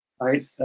right